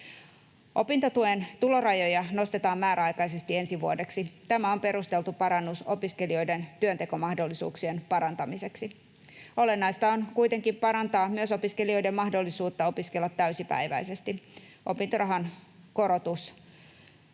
Opintotuen tulorajoja nostetaan määräaikaisesti ensi vuodeksi. Tämä on perusteltu parannus opiskelijoiden työntekomahdollisuuksien parantamiseksi. Olennaista on kuitenkin parantaa myös opiskelijoiden mahdollisuutta opiskella täysipäiväisesti. Opintorahan määrää